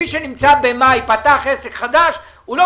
מי שנמצא במאי ופתח עסק חדש הוא לא